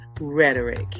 Rhetoric